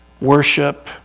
Worship